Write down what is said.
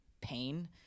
pain